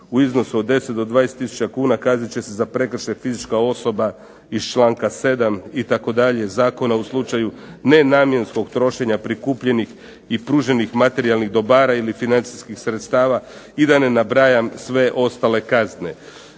u iznosu od 10 do 20 tisuća kuna kaznit će se za prekršaj fizička osoba iz članka 7. itd. zakona u slučaju nenamjenskog trošenja prikupljenih i pruženih materijalnih dobara ili financijskih sredstava i da ne nabrajam sve ostale kazne.